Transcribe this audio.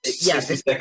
Yes